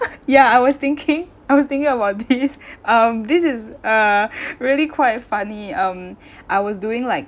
ya I was thinking I was thinking about this um this is a really quite funny um I was doing like